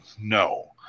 no